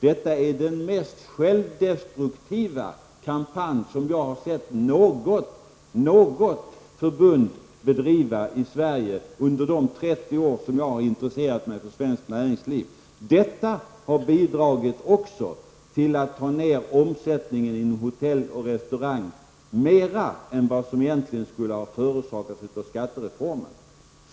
Detta är den mest självdestruktiva kampanj som jag har sett något förbund bedriva i Sverige under de 30 år som jag har intresserat mig för svenskt näringsliv. Detta har också bidragit till att dra ner omsättningen inom hotell och restaurangbranschen mera än vad som egentligen förorsakats av skattereformen.